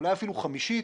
אולי אפילו חמישית,